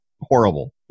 horrible